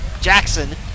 Jackson